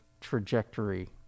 trajectory